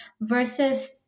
versus